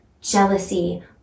jealousy